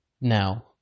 Now